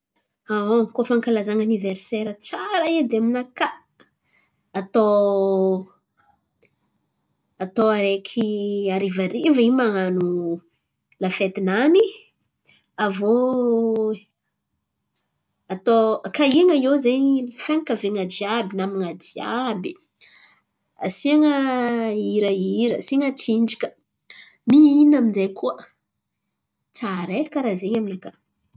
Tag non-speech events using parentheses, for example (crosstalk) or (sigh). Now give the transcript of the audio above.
(hesitation) Koa fankalazan̈a aniverisaira tsara edy aminakà, atao atao araiky harivariva in̈y man̈ano lafetinany aviô atao kahin̈a iô zen̈y fianakavian̈a jiàby, naman̈a jiàby. Asian̈a hirahira, asian̈a tsinjaka, mihina aminjay koa. Tsara e! Karà zen̈y aminakà.